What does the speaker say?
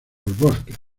bosques